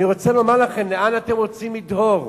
אני רוצה לומר לכם: לאן אתם רוצים לדהור?